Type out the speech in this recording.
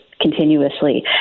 continuously